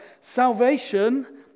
salvation